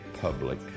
public